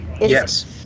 Yes